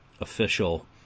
official